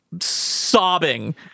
sobbing